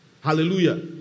Hallelujah